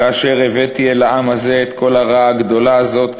כאשר הבאתי אל העם הזה את כל הרעה הגדולה הזאת,